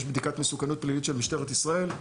יש בדיקת מסוכנות פלילית של משטרת ישראל,